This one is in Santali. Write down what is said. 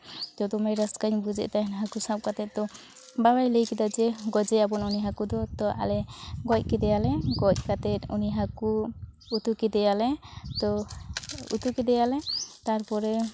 ᱛᱚ ᱫᱚᱢᱮ ᱨᱟᱹᱥᱠᱟᱹᱧ ᱵᱩᱡᱮᱫ ᱛᱟᱦᱮᱱ ᱦᱟᱹᱠᱩ ᱥᱟᱵ ᱠᱟᱛᱮᱫ ᱛᱚ ᱵᱟᱵᱟᱭ ᱞᱟᱹᱭ ᱠᱮᱫᱟ ᱡᱮ ᱜᱚᱡᱮᱭᱟᱵᱚᱱ ᱩᱱᱤ ᱦᱟᱹᱠᱩ ᱫᱚ ᱛᱚ ᱟᱞᱮ ᱜᱚᱡ ᱠᱮᱫᱮᱭᱟᱞᱮ ᱜᱚᱡ ᱠᱟᱛᱮᱫ ᱩᱱᱤ ᱦᱟᱹᱠᱩ ᱩᱛᱩ ᱠᱮᱫᱮᱭᱟᱞᱮ ᱛᱚ ᱩᱛᱩ ᱠᱮᱫᱮᱭᱟᱞᱮ ᱛᱟᱨᱯᱚᱨᱮ